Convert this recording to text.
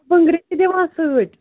بٔنٛگرِ تہِ دِوان سۭتۍ